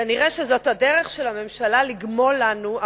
זאת כנראה הדרך של הממשלה לגמול לנו,